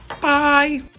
Bye